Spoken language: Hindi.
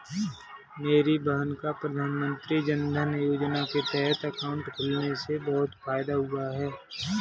मेरी बहन का प्रधानमंत्री जनधन योजना के तहत अकाउंट खुलने से बहुत फायदा हुआ है